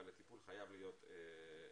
אבל הטיפול חייב להיות בכולם.